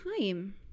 time